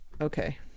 Okay